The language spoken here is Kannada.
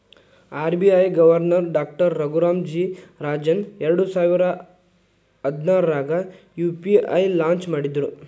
RBI governor doctor Raghuram G Rajan ಎರಡಸಾವಿರ ಹದ್ನಾರಾಗ ಯು.ಪಿ.ಐ ಲಾಂಚ್ ಮಾಡಿದ್ರು